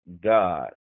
God